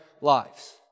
lives